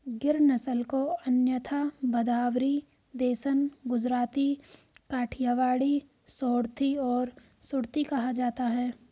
गिर नस्ल को अन्यथा भदावरी, देसन, गुजराती, काठियावाड़ी, सोरथी और सुरती कहा जाता है